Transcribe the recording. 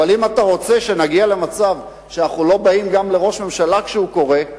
אבל אם אתה רוצה שנגיע למצב שלא באים גם לראש ממשלה כשהוא קורא,